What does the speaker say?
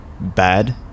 bad